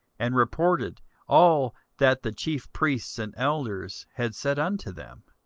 and reported all that the chief priests and elders had said unto them.